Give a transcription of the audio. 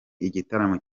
igitaramo